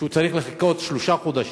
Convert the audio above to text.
הוא צריך לחכות שלושה חודשים.